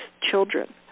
children